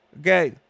Okay